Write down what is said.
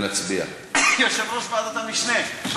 יושב-ראש ועדת המשנה.